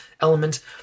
element